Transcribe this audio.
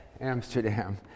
Amsterdam